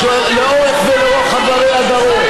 לאורך ולרוחב ערי הדרום.